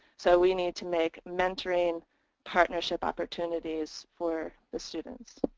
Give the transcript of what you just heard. so we need to make mentoring partnership opportunities for the students.